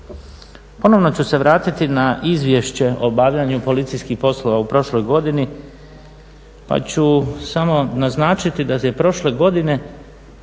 Ponovno ću se vratiti na izvješće o obavljanju policijskih poslova u prošloj godini pa ću samo naznačiti da je prošle godine,